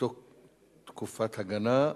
תקופת הגנה),